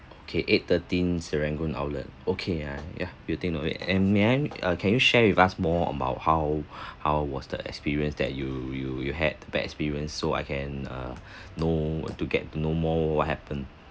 okay eight thirteen serangoon outlet okay uh yeah will take note of it and may I uh can you share with us more about how how was the experience that you you you had bad experience so I can uh know to get to know more what happened